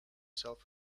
self